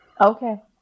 okay